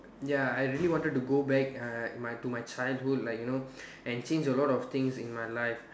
ya I really wanted to go back uh my to my to my childhood like you know and change a lot of things in my life